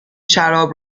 شراب